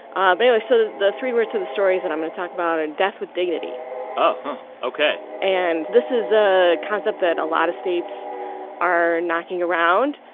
um anyway so the the three words to the stories that i'm going to talk about are death with dignity oh, ok and this is a concept that a lot of states are knocking around,